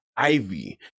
Ivy